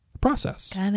process